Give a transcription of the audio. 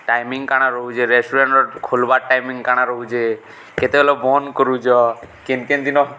timing କାଣା ରହୁଚେ ରେଷ୍ଟୁରାଣ୍ଟ୍ର ଖୁଲ୍ବାର୍ ଟାଇମିଙ୍ଗ୍ କାଣା ରହୁଚେ କେତେବେଲେ ବନ୍ଦ୍ କରୁଚ କେନ୍ କେନ୍ ଦିନ